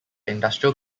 industrial